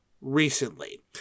recently